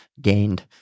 gained